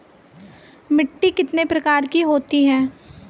मिट्टी कितने प्रकार की होती हैं?